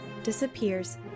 disappears